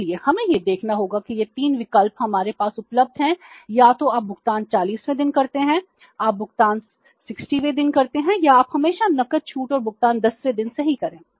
इसलिए हमें यह देखना होगा कि ये 3 विकल्प हमारे पास उपलब्ध हैं या तो आप भुगतान 40 वें दिन करते हैं आप भुगतान 60 वें दिन करते हैं या आप हमेशा नकद छूट और भुगतान 10 वें दिन सही करें